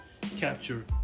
capture